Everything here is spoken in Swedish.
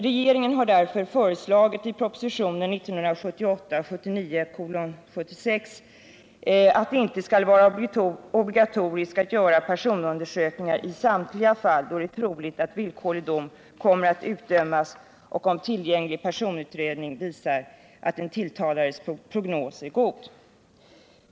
Regeringen har därför i propositionen 1978/79:76 föreslagit att det inte skall vara obligatoriskt att göra personundersökning i samtliga fall då det är troligt att villkorlig dom kommer att utdömas och om tillgänglig personutredning visar att den tilltalades prognos är god.